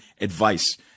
advice